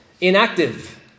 inactive